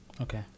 Okay